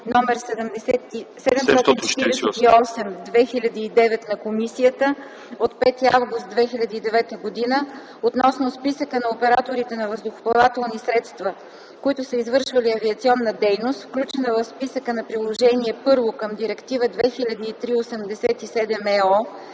№ 748/2009 на Комисията от 5 август 2009 г. относно списъка на операторите на въздухоплавателни средства, които са извършвали авиационна дейност, включена в списъка от Приложение І към Директива 2003/87/ЕО,